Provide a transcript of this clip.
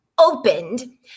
opened